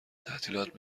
تعطیلات